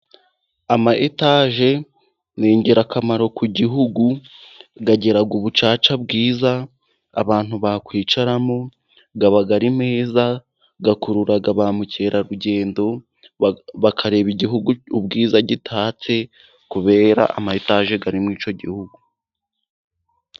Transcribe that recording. Ama etaje ni ingirakamaro ku gihugu, agira ubucaca bwiza, abantu bakwicaramo aba ari meza, akurura ba mukerarugendo bakareba igihugu ubwiza gitatse kubera ama etage ari muri icyo gihugu.